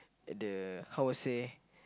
at the how say